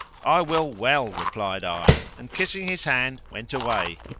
i will well, replied i and kissing his hand went away,